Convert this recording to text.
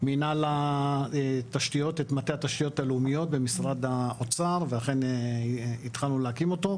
מטה התשתיות הלאומיות במשרד האוצר ואכן התחלנו להקים אותו.